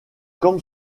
comme